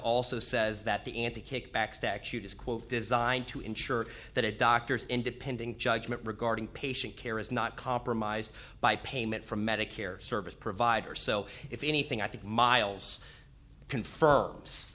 also says that the anti kickback statute is quote designed to ensure that a doctor's independent judgment regarding patient care is not compromised by payment from medicare service providers so if anything i think miles confirms